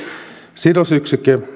sidosyksikkö